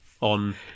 on